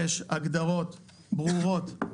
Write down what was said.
יש הגדרות ברורות.